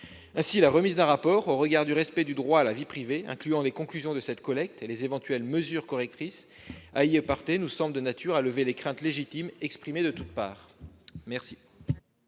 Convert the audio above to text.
La remise d'un rapport portant sur le respect du droit à la vie privée et incluant les conclusions de cette collecte et les éventuelles mesures correctrices à y apporter nous semble donc de nature à lever les craintes légitimes exprimées de toutes parts. Quel